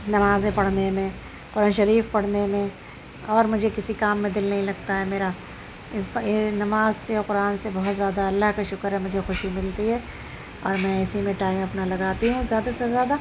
نمازیں پڑھنے میں قرآن شریف پڑھنے میں اور مجھے کسی کام میں دل نہیں لگتا ہے میرا اس با نماز سے اور قرآن سے بہت زیادہ اللّہ کا شکر ہے مجھے خوشی ملتی ہے اور میں اسی میں ٹائم اپنا لگاتی ہوں زیادہ سے زیادہ